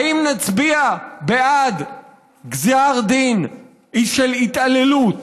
האם נצביע בעד גזר דין של התעללות,